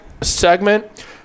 segment